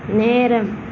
நேரம்